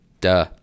duh